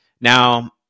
Now